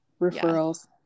Referrals